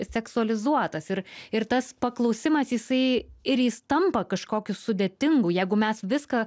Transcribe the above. seksualizuotas ir ir tas paklausimas jisai ir jis tampa kažkokiu sudėtingu jeigu mes viską